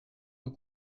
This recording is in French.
nos